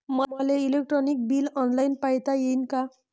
मले electric bill online पायता येईन का?